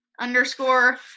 underscore